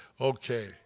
Okay